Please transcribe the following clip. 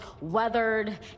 weathered